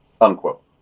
Unquote